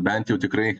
bent jau tikrai